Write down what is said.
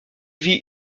vit